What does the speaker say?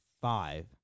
five